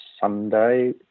Sunday